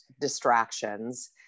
distractions